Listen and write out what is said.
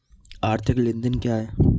आर्थिक लेनदेन क्या है?